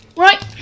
right